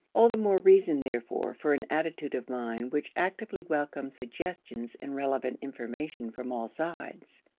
all the more reason, therefore, for an attitude of mind which actively welcomes suggestions and relevant information from all sides.